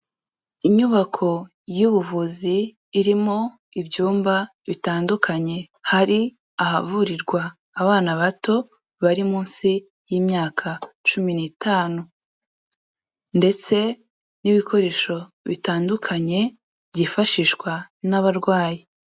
Inyubako y'ubuvuzi irimo ibyumba bitandukanye, hari ahavurirwa abana bato bari munsi y'imyaka cumi n'itanu ndetse n'ibikoresho bitandukanye byifashishwa n'abarwayi.